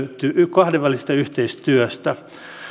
kahdenvälisestä yhteistyöstä